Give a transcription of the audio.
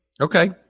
Okay